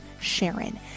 Sharon